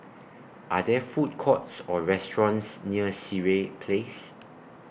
Are There Food Courts Or restaurants near Sireh Place